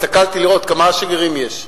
הסתכלתי לראות כמה שגרירים יש.